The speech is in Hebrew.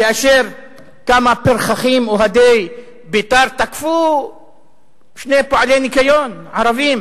כאשר כמה פרחחים אוהדי "בית"ר" תקפו שני פועלי ניקיון ערבים